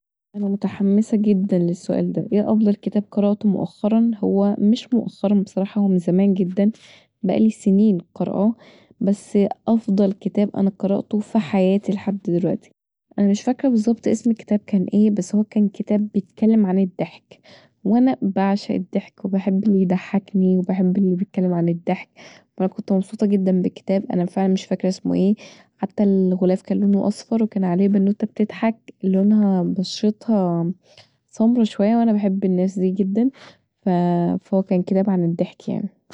انا متحمسه جدا للسؤال دا ايه افضل كتاب قرأته مؤخرا هو مش مؤخرا هو بصراحه من زمان جدا بقالي سنين قرءاه بس افضل كتاب انا قرأته في حياتي لحد دلوقتي انا مش فاكره بالظبط اسم الكتاب كان ايه بس هو كان كتاب بيتكلم عن الضحك وانا بعشق الضحك وبحب اللي يضحكني وبحب اللي يتكلم عن الضحك فأنا كنت مبسوطه جدا بالكتاب انا فعلا مش فاكره اسمه ايه حتي الغلاف كان لونه اصفر وعليه بنوته بتضحك لونها بشرتها صفرا شويه وانا بحب الناس دي جدا فهو كان كتاب عن الضحك يعني